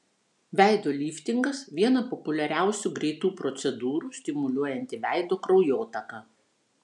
veido liftingas viena populiariausių greitų procedūrų stimuliuojanti veido kraujotaką